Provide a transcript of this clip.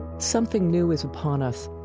something new is upon us,